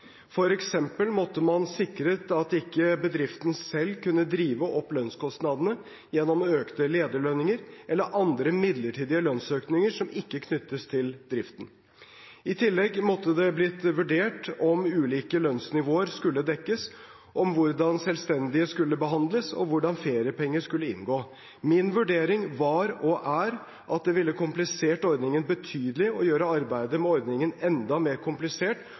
måtte man sikret at ikke bedriften selv kunne drive opp lønnskostnadene gjennom økte lederlønninger eller andre midlertidige lønnsøkninger som ikke knyttes til driften. I tillegg måtte det blitt vurdert om ulike lønnsnivåer skulle dekkes, hvordan selvstendige skulle behandles, og hvordan feriepenger skulle inngå. Min vurdering var – og er – at det ville komplisert ordningen betydelig, gjort arbeidet med ordningen enda mer komplisert